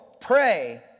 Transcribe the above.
pray